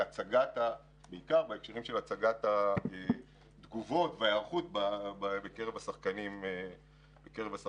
בעיקר בהקשרים של הצגת התגובות וההיערכות בקרב השחקנים היריבים.